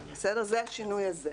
זה השינוי הזה.